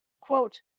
Quote